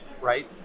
Right